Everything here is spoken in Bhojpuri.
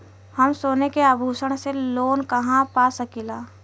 हम सोने के आभूषण से लोन कहा पा सकीला?